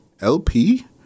LP